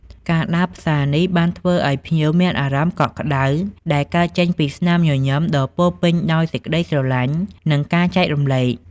ការដើរផ្សារនេះ បានធ្វើឲ្យភ្ញៀវមានអារម្មណ៍កក់ក្តៅ ដែលកើតចេញពីស្នាមញញឹមដ៏ពោរពេញដោយសេចក្តីស្រលាញ់ និងការចែករំលែក។